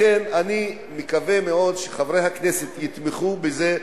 לכן אני מקווה מאוד שחברי הכנסת יתמכו בזה,